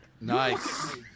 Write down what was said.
Nice